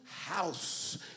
house